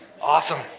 Awesome